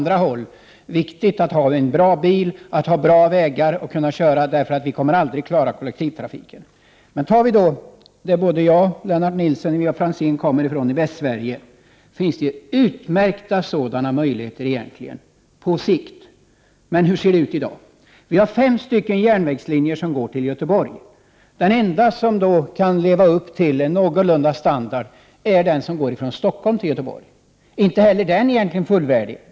Det är viktigt att ha en bra bil och att det finns bra vägar — för den kollektiva trafiken kommer vi aldrig att klara. Men om vi ser på Västsverige — såväl Lennart Nilsson och Ivar Franzén som jag kommer därifrån — finner vi egentligen utmärkta möjligheter på sikt i detta sammanhang. Men hur ser det ut i dag? Det finns fem järnvägslinjer till Göteborg. Den enda som har en någorlunda god standard är järnvägen mellan Stockholm och Göteborg. Men inte heller den är egentligen fullvärdig.